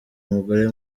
umugore